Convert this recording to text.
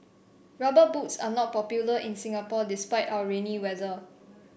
rubber boots are not popular in Singapore despite our rainy weather